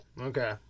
Okay